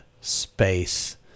space